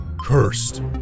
Cursed